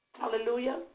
Hallelujah